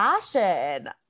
fashion